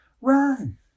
Run